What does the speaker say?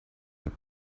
had